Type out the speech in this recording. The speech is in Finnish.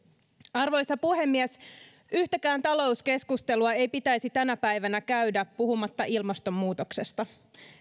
arvoisa puhemies yhtäkään talouskeskustelua ei pitäisi tänä päivänä käydä puhumatta ilmastonmuutoksesta